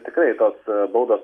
tikrai tos baudos